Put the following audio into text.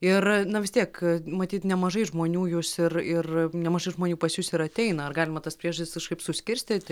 ir na vis tiek matyt nemažai žmonių jūs ir ir nemažai žmonių pas jus ir ateina ar galima tas priežastis kažkaip suskirstyti